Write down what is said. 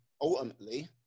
ultimately